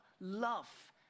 love